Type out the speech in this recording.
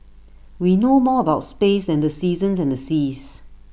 we know more about space than the seasons and the seas